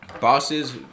Bosses